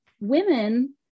women